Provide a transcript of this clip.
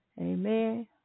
Amen